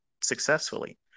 successfully